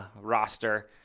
roster